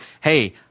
hey